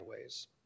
ways